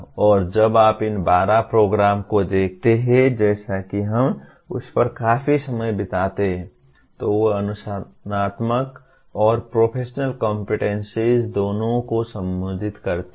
और जब आप इन 12 परिणामों को देखते हैं जैसा कि हम उस पर काफी समय बिताते हैं तो वे अनुशासनात्मक और प्रोफेशनल कम्पेटेन्सीज दोनों को संबोधित करते हैं